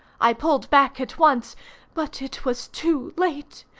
i pulled back at once but it was too late.